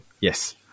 Yes